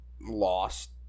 lost